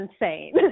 insane